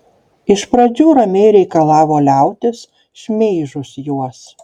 iš pradžių ramiai reikalavo liautis šmeižus juos